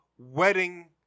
Wedding